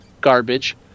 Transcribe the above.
garbage